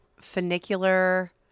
Funicular